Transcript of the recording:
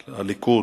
הליכוד,